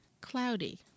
cloudy